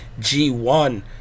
G1